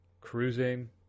cruising